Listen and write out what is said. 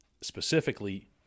specifically